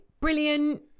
brilliant